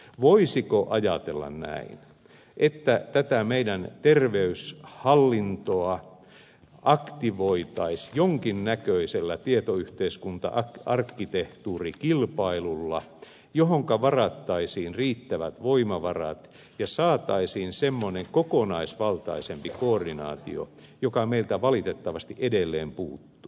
voisiko ajatella näin että tätä meidän terveyshallintoamme aktivoitaisiin jonkin näköisellä tietoyhteiskunta arkkitehtuurikilpailulla johonka varattaisiin riittävät voimavarat ja jolla saataisiin semmoinen kokonaisvaltaisempi koordinaatio joka meiltä valitettavasti edelleen puuttuu